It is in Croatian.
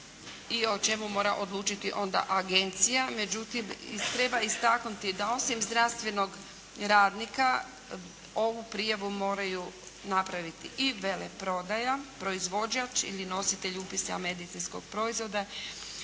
i o čemu mora odlučiti onda Agencija. Međutim treba istaknuti da osim zdravstvenog radnika ovu prijavu moraju napraviti i veleporodaja, proizvođač ili nositelj upisa medicinskog proizvoda.